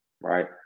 right